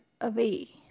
away